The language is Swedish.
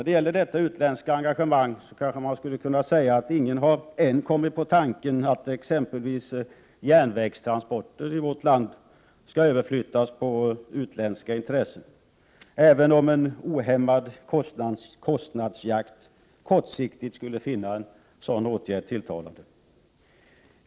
Beträffande utländskt engagemang skulle man kunna säga att ingen än har kommit på tanken att exempelvis järnvägstransporterna i vårt land skall överflyttas på utländska intressen även om en ohämmad kostnadsjakt kortsiktigt skulle göra detta tilltalande.